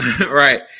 right